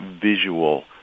visual